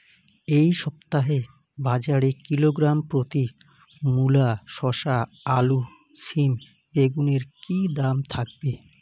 এই সপ্তাহে বাজারে কিলোগ্রাম প্রতি মূলা শসা আলু সিম বেগুনের কী দাম থাকবে?